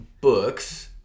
books